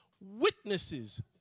witnesses